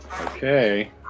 Okay